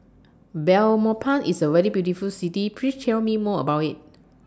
Belmopan IS A very beautiful City Please Tell Me More about IT